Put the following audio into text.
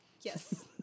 Yes